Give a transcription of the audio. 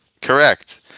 Correct